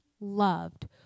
loved